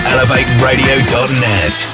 ElevateRadio.net